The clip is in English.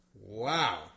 Wow